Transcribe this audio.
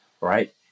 right